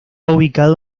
ubicado